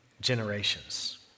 generations